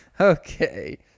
Okay